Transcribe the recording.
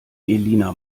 elina